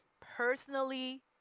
personally